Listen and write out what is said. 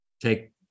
take